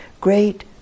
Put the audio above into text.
great